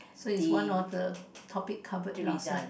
so is one of the topic covered last night